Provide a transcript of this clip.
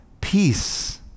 peace